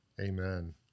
Amen